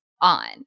on